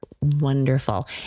wonderful